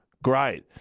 Great